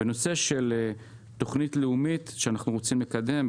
בנושא של תוכנית לאומית שאנחנו רוצים לקדם,